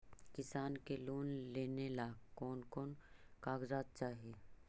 किसान के लोन लेने ला कोन कोन कागजात चाही?